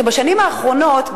בשנים האחרונות,